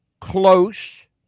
Close